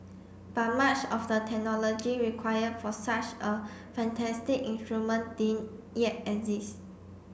but much of the technology require for such a fantastic instrument yet exist